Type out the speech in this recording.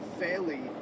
fairly